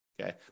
okay